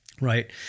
right